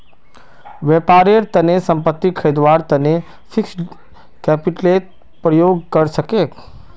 व्यापारेर तने संपत्ति खरीदवार तने फिक्स्ड कैपितलेर प्रयोग कर छेक